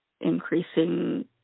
increasing